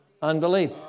Unbelief